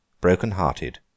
broken-hearted